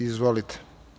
Izvolite.